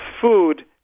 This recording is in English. food